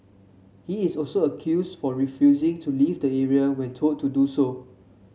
he is also accused for refusing to leave the area when told to do so